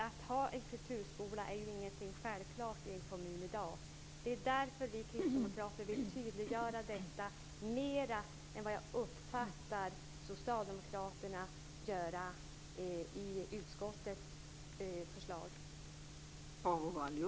Att ha en kulturskola är ju ingenting självklart i en kommun i dag. Det är därför vi kristdemokrater vill tydliggöra detta mera än vad jag uppfattar att socialdemokraterna har gjort i utskottets förslag.